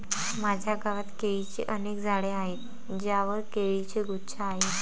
माझ्या गावात केळीची अनेक झाडे आहेत ज्यांवर केळीचे गुच्छ आहेत